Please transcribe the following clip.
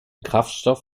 kraftstoff